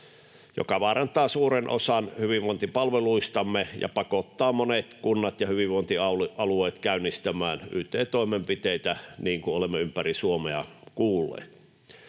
joka vaarantaa suuren osan hyvinvointipalveluistamme ja pakottaa monet kunnat ja hyvinvointialueet käynnistämään yt-toimenpiteitä, niin kuin olemme ympäri Suomea kuulleet.